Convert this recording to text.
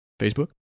Facebook